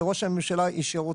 שראש הממשלה אישר,